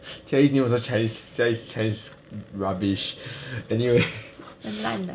jie yi's name also chinese jie yi's chinese rubbish anyway so err